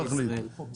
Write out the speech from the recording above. לו